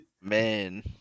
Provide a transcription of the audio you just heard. Man